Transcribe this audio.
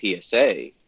PSA